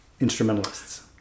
instrumentalists